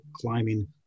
climbing